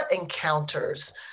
encounters